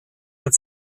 mit